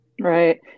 Right